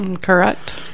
correct